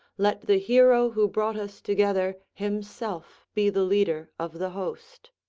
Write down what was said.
let the hero who brought us together, himself be the leader of the host.